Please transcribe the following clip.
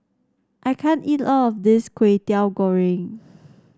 I can't eat all of this Kway Teow Goreng